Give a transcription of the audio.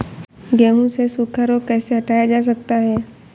गेहूँ से सूखा रोग कैसे हटाया जा सकता है?